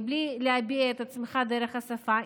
ובלי להביע את עצמך דרך השפה,